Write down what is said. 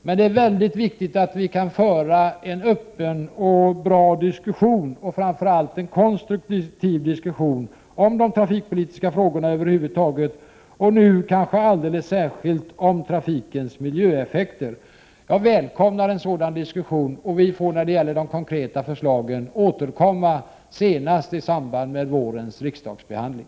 Men det är mycket viktigt att vi kan föra en öppen och bra — och framför allt konstruktiv — diskussion om de trafikpolitiska frågorna, och nu kanske alldeles särskilt om trafikens miljöeffekter. Jag välkomnar en sådan diskussion. Vi får när det gäller de konkreta förslagen återkomma, senast i samband med vårens riksdagsbehandling.